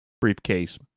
briefcase